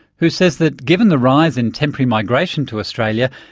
who says that given the rise in temporary migration to australia,